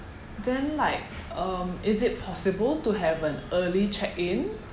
then like um is it possible to have an early check-in